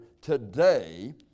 Today